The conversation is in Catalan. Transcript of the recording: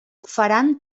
faran